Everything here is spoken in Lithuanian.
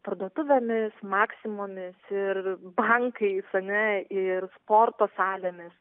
parduotuvėmis maksimomis ir bankais ar ne ir sporto salėmis